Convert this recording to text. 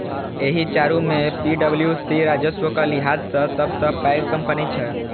एहि चारू मे पी.डब्ल्यू.सी राजस्वक लिहाज सं सबसं पैघ कंपनी छै